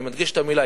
אני מדגיש את המלה,